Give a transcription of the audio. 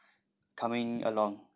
coming along